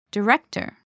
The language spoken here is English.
Director